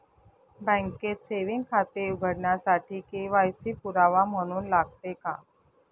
बँकेत सेविंग खाते उघडण्यासाठी के.वाय.सी पुरावा म्हणून लागते का?